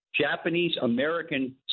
Japanese-American